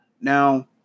Now